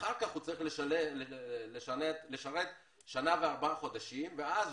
אחר כך הוא צריך לשרת שנה ו-4 חודשים ואז